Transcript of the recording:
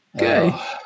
Okay